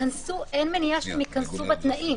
אין מניעה שהם ייכנסו בתנאים.